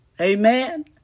Amen